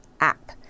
app